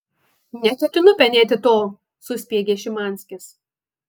neketinu penėti to suspiegė šimanskis